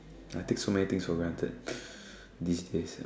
I take so many things for granted these days